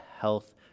health